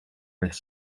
this